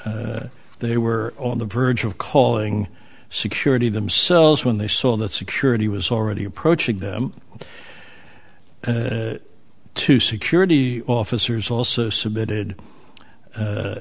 they were on the verge of calling security themselves when they saw that security was already approaching them two security officers also submitted